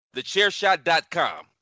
TheChairShot.com